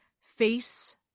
face